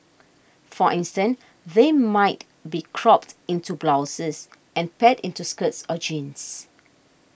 for instance they might be cropped into blouses and paired into skirts or jeans